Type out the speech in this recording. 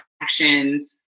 actions